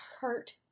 hurt